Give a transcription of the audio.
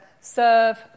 serve